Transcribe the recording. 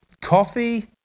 coffee